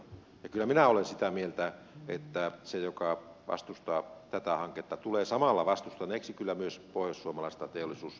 ja kyllä minä olen sitä mieltä että se joka vastustaa tätä hanketta tulee samalla vastustaneeksi kyllä myös pohjoissuomalaista teollisuus ja vientityötä